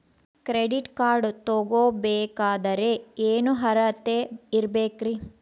Credit card ತೊಗೋ ಬೇಕಾದರೆ ಏನು ಅರ್ಹತೆ ಇರಬೇಕ್ರಿ?